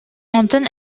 онтон